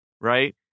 Right